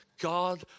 God